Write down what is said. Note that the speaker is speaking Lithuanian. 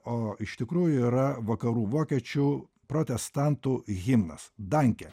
o iš tikrųjų yra vakarų vokiečių protestantų himnas danke